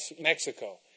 Mexico